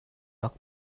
rak